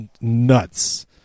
nuts